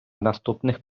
наступних